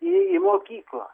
į mokyklą